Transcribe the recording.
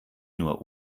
nur